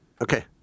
Okay